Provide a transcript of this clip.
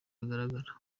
bigaragara